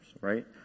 right